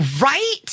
Right